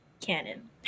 canon